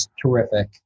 terrific